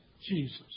Jesus